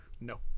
No